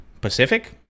Pacific